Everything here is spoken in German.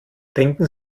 denken